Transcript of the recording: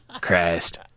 Christ